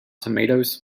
tomatoes